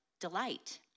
delight